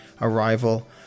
arrival